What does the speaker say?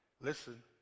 listen